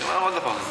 אני אומר עוד הפעם,